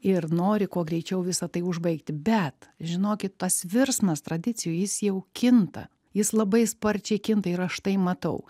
ir nori kuo greičiau visa tai užbaigti bet žinokit tas virsmas tradicijų jis jau kinta jis labai sparčiai kinta ir aš tai matau